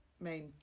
main